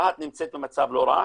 רהט נמצאת במצב לא רע.